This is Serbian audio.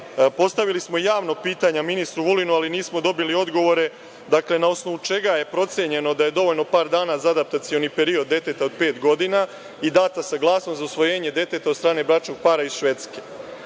Postavili smo javno pitanja ministru Vulinu, ali nismo dobili odgovore. Dakle, na osnovu čega je procenjeno da je dovoljno par dana za adaptacioni period deteta od pet godina i data saglasnost za usvojenje deteta od strane bračnog para iz Švedske?